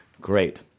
Great